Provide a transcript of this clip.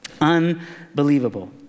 Unbelievable